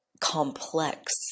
complex